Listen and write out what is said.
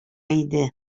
иде